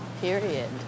Period